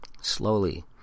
slowly